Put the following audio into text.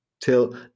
till